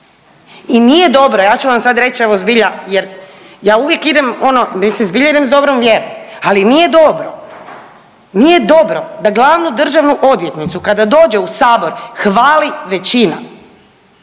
I nije dobro, ja ću vam sad reć evo zbilja jer ja uvijek idem ono mislim zbilja idem s dobrom vjerom, ali nije dobro, nije dobro da glavnu državnu odvjetnicu kada dođe u sabor hvali većina